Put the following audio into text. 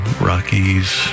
Rockies